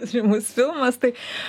žymus filmas tai